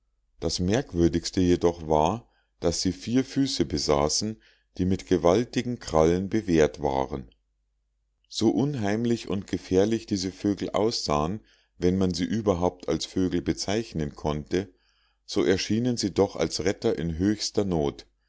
das merkwürdigste jedoch war daß sie vier füße besaßen die mit gewaltigen krallen bewehrt waren so unheimlich und gefährlich diese vögel aussahen wenn man sie überhaupt als vögel bezeichnen konnte so erschienen sie doch als retter in höchster not